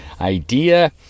idea